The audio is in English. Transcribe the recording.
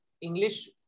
English